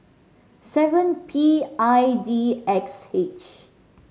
seven P I D X H